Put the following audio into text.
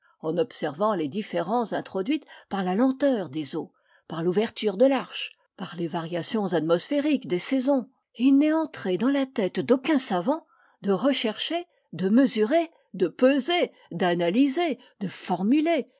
en observant les différences introduites par la lenteur des eaux par l'ouverture de l'arche par les variations atmosphériques des saisons et il n'est entré dans la tête d'aucun savant de rechercher de mesurer de peser d'analyser de formuler